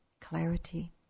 clarity